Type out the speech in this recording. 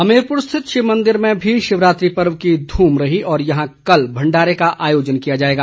हमीरपुर स्थित शिव मंदिर में भी शिवरात्रि पर्व की ध्रम रही और यहां कल भंडारे का आयोजन किया जाएगा